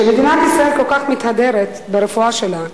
כך מתהדרת ברפואה שלה,